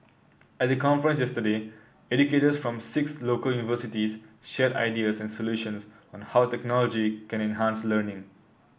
at the conference yesterday educators from six local universities shared ideas and solutions on how technology can enhance learning